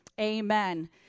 Amen